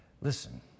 Listen